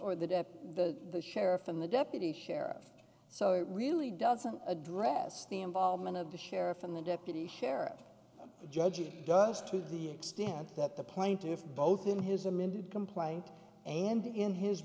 dept the sheriff and the deputy sheriff so it really doesn't address the involvement of the sheriff and the deputy sheriff judge it does to the extent that the plaintiffs both in his amended complaint and in his